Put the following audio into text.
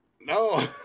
No